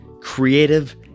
creative